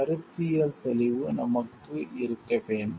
கருத்தியல் தெளிவு நமக்கு இருக்க வேண்டும்